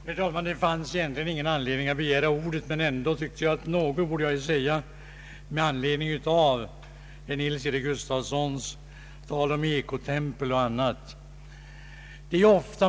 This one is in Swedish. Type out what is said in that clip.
Herr talman! Det fanns egentligen ingen anledning för mig att begära ordet, men jag tyckte ändå att jag borde säga någonting på grund av herr Nils Eric Gustafssons tal om ekotempel m.m.